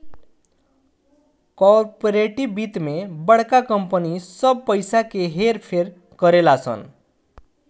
corporate वित्त मे बड़का कंपनी सब पइसा क हेर फेर करेलन सन